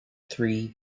three